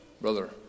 Brother